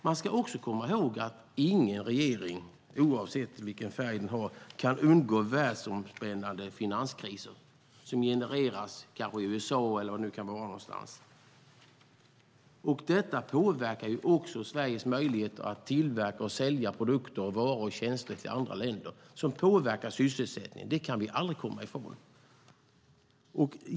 Man ska också komma ihåg att ingen regering, oavsett färg, kan undgå världsomspännande finanskriser som genereras i USA eller var det nu kan vara någonstans. Detta påverkar också Sveriges möjligheter att tillverka och sälja produkter, varor och tjänster till andra länder. Det påverkar sysselsättningen; det kan vi aldrig komma ifrån.